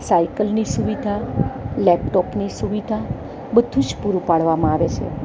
સાયકલની સુવિધા લેપટોપની સુવિધા બધું જ પૂરું પાડવામાં આવે છે